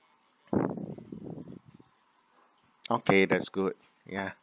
okay that's good ya